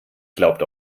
glaubt